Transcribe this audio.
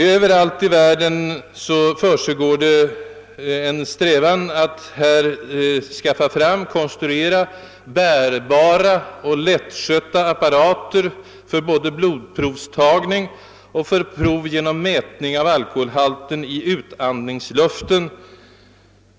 Överallt i världen arbetar man med att kon struera bärbara och lättskötta apparater för både blodprovstagning och för prov genom mätning av alkoholhalten i utandningsluften.